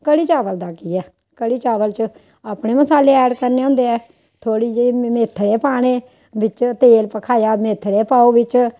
कढ़ी चावल दा केह् ऐ कढ़ी चावल च अपने मसाले ऐड करने होंदे ऐ थोह्ड़े जेह् मेथरे पाने बिच्च तेल भखाया मेथरे पाओ बिच्च